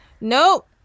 Nope